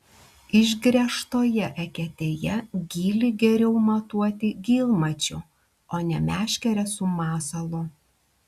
išgręžtoje eketėje gylį geriau matuoti gylmačiu o ne meškere su masalu